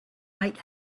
might